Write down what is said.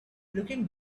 looking